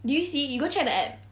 did you see you go check the app